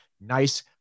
nice